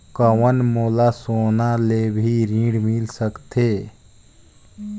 कौन मोला सोना ले भी ऋण मिल सकथे?